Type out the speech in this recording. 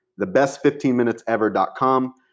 thebest15minutesever.com